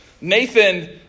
Nathan